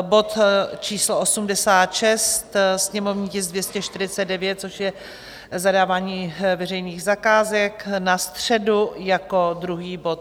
bod číslo 86, sněmovní tisk 249, což je zadávání veřejných zakázek, na středu jako druhý bod.